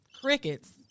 Crickets